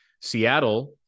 Seattle